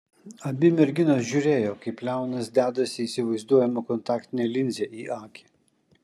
abi merginos žiūrėjo kaip leonas dedasi įsivaizduojamą kontaktinę linzę į akį